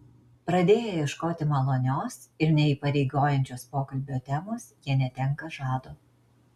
pradėję ieškoti malonios ir neįpareigojančios pokalbio temos jie netenka žado